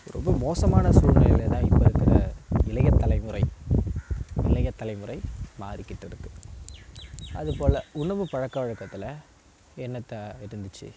ரொம்ப மோசமான சூழ்நிலையில தான் இப்போ இருக்குகிற இளைய தலைமுறை இளைய தலைமுறை மாறிக்கிட்டுருக்குது அது போல உணவு பழக்கவழக்கத்தில் என்னத்தாதை இருந்துச்சு